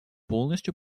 полностью